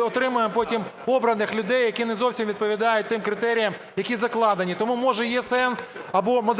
отримуємо потім обраних людей, які не зовсім відповідають тим критеріям, які закладені. Тому, може, є сенс або…